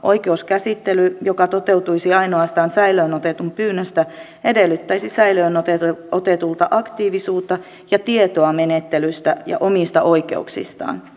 oikeuskäsittely joka toteutuisi ainoastaan säilöön otetun pyynnöstä edellyttäisi säilöön otetulta aktiivisuutta ja tietoa menettelystä ja omista oikeuksistaan